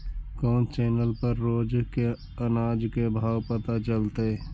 कोन चैनल पर रोज के अनाज के भाव पता चलतै?